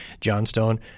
Johnstone